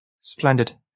splendid